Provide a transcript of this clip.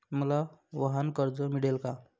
मला वाहनकर्ज मिळेल का?